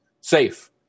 safe